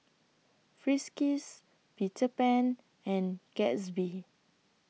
Friskies Peter Pan and Gatsby